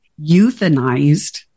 euthanized